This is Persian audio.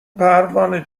پروانه